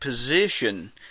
position